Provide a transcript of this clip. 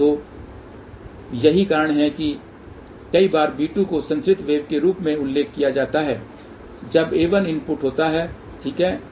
तो यही कारण है कि कई बार b2 को संचरित वेव के रूप में उल्लेख किया जाता है जब a1 इनपुट होता है ठीक है